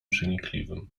przenikliwym